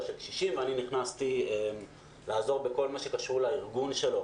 לקשישים ואני נכנסתי לעזור בכל מה שקשור לארגון שלו